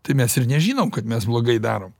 tai mes ir nežinom kad mes blogai darom